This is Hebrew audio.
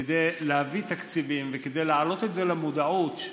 כדי להביא תקציבים וכדי להעלות את זה למודעות,